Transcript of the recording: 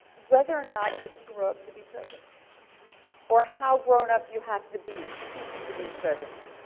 whether or not you can grow up to be president or how grown up you have to be to be president.